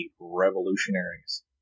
revolutionaries